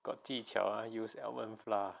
got 技巧 use almond flour